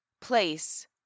place